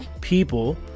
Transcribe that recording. people